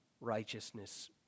righteousness